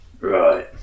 Right